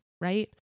right